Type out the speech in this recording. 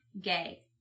Gay